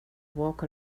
walk